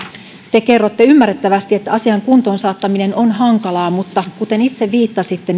te kerrotte ymmärrettävästi että asian kuntoon saattaminen on hankalaa mutta kuten itse viittasitte